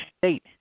State